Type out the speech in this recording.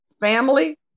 family